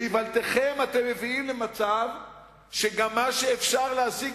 באיוולתכם אתם מביאים למצב שגם מה שאפשר להשיג,